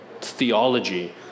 theology